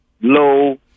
low